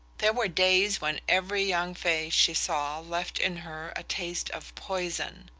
there were days when every young face she saw left in her a taste of poison.